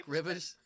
Rivers